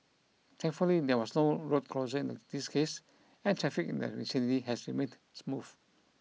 thankfully there was no road closure in this case and traffic in vicinity has remained smooth